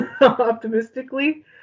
optimistically